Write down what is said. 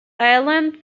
island